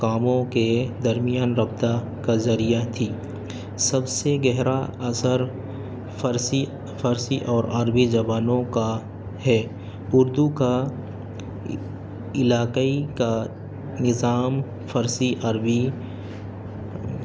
کاموں کے درمیان رابطہ کا ذریعہ تھی سب سے گہرا اثر فارسی فارسی اور عربی زبانوں کا ہے اردو کا علاقائی کا نظام فارسی عربی